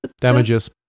damages